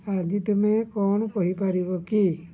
ଆଜି ତୁମେ କ'ଣ କହିପାରିବ କି